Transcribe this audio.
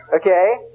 Okay